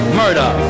murder